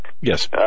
Yes